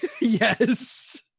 Yes